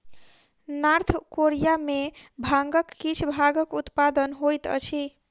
north Korea में भांगक किछ भागक उत्पादन होइत अछि